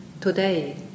today